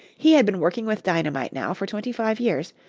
he had been working with dynamite now for twenty-five years,